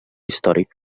històric